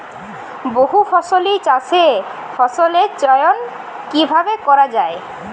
বহুফসলী চাষে ফসলের চয়ন কীভাবে করা হয়?